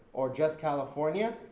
or just california,